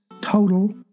total